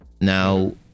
Now